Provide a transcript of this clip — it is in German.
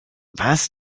was